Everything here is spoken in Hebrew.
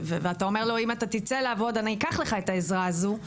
ואתה אומר לו אם אתה תצא לעבוד אני אקח לך את העזרה הזו,